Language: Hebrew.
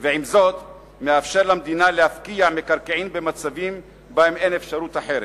ועם זאת מאפשר למדינה להפקיע מקרקעין במצבים שבהם אין אפשרות אחרת.